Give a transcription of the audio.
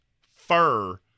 fur